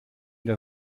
der